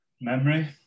memory